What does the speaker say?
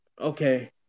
okay